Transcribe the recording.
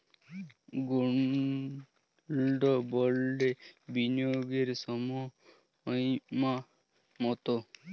Gold বন্ডে বিনিয়োগের সময়সীমা কতো?